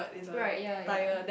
right yea yea